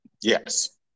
Yes